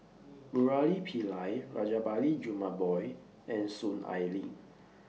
Murali Pillai Rajabali Jumabhoy and Soon Ai Ling